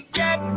get